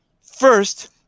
First